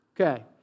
Okay